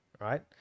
right